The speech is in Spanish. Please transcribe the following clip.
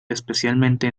especialmente